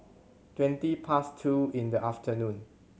twenty past two in the afternoon